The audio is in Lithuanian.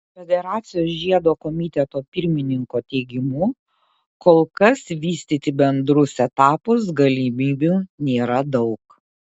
federacijos žiedo komiteto pirmininko teigimu kol kas vystyti bendrus etapus galimybių nėra daug